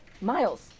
Miles